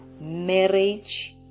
Marriage